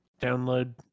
download